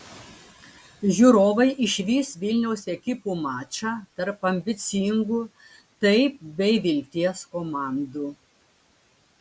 žiūrovai išvys vilniaus ekipų mačą tarp ambicingų taip bei vilties komandų